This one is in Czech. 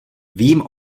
vím